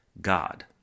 God